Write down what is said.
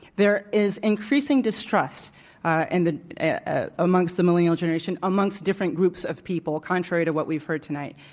there is increasing distrust and the ah amongst the millennial generation, amongst different groups of people, contrary to what we've heard tonight.